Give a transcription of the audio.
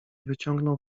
wyciągnął